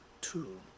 two